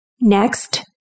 Next